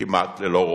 כמעט ללא רוחב.